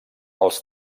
els